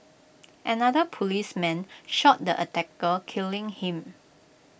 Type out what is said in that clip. another policeman shot the attacker killing him